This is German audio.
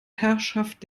herrschaft